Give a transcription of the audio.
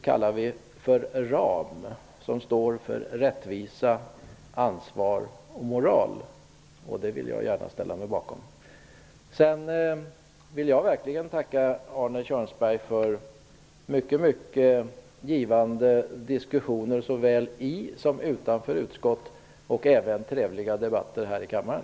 RAM står för rättvisa, ansvar och moral. Det vill jag gärna ställa mig bakom. Jag vill verkligen tacka Arne Kjörnsberg för många givande diskussioner såväl i som utanför utskottet och även trevliga debatter här i kammaren.